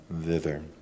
thither